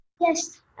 Yes